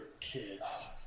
kids